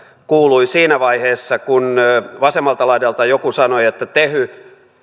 kuului siinä vaiheessa kun vasemmalta laidalta joku sanoi että tehy